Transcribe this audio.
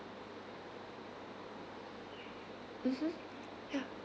mmhmm yeah